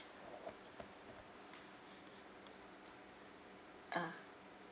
ah